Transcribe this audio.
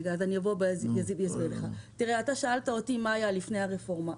שאלת אותי מה היה לפני הרפורמה.